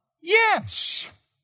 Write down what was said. yes